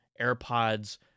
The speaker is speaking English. AirPods